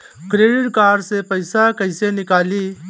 Credit card से पईसा केइसे निकली?